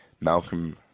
Malcolm